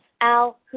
Al